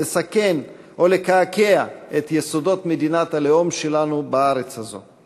לסכן או לקעקע את יסודות מדינת הלאום שלנו בארץ הזאת.